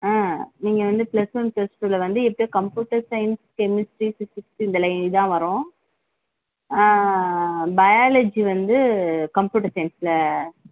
ஆ நீங்கள் வந்து plus one plus டூவில வந்து எப்படியும் கம்ப்யூட்டர் சயின்ஸ் கெமிஸ்ட்ரி ஃபிசிக்ஸ் இந்த லைன் தான் வரும் பயாலஜி வந்து கம்ப்யூட்டர் சயின்ஸில்